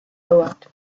howard